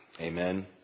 Amen